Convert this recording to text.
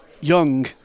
young